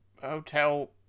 hotel